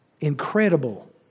incredible